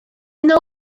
yno